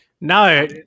No